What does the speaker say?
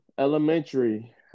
elementary